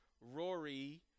Rory